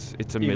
it's i mean